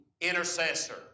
intercessor